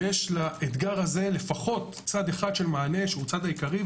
ויש לאתגר הזה לפחות צד אחד של מענה שהוא צד העיקרי,